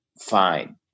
Fine